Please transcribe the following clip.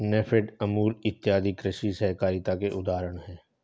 नेफेड, अमूल इत्यादि कृषि सहकारिता के उदाहरण हैं